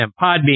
Podbean